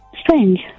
strange